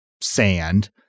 sand